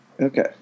Okay